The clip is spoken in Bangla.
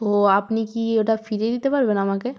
তো আপনি কি ওটা ফিরিয়ে দিতে পারবেন আমাকে